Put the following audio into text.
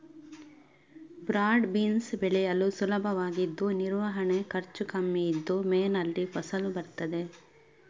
broad beans ಬೆಳೆಯಲು ಸುಲಭವಾಗಿದ್ದು ನಿರ್ವಹಣೆ ಖರ್ಚು ಕಮ್ಮಿ ಇದ್ದು ಮೇನಲ್ಲಿ ಫಸಲು ಬರ್ತದೆ